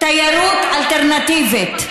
תיירות אלטרנטיבית,